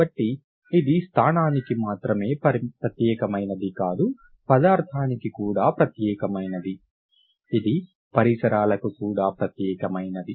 కాబట్టి ఇది స్థానానికి మాత్రమే ప్రత్యేకమైనది కాదు పదార్థానికి కూడా ప్రత్యేకమైనది ఇది పరిసరాలకు కూడా ప్రత్యేకమైనది